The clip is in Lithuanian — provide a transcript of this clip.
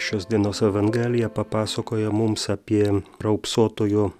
šios dienos evangelija papasakoja mums apie raupsuotojo